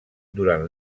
durant